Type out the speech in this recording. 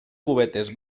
cubetes